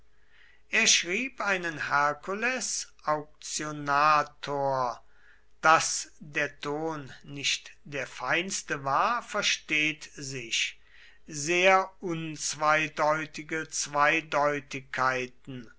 er schrieb einen hercules auctionator daß der ton nicht der feinste war versteht sich sehr unzweideutige zweideutigkeiten